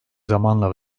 zamanla